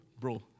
bro